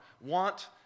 want